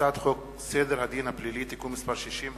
הצעת חוק סדר הדין הפלילי (תיקון מס' 60),